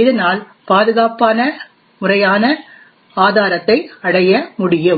இதனால் பாதுகாப்புக்கான முறையான ஆதாரத்தை அடைய முடியும்